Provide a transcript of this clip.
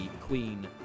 queen